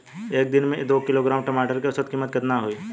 एक दिन में दो किलोग्राम टमाटर के औसत कीमत केतना होइ?